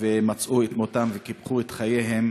ומצאו את מותם וקיפחו את חייהם